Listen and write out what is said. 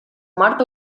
mart